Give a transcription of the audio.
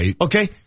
Okay